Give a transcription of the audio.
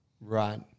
Right